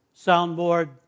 soundboard